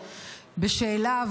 בשאלה,